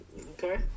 Okay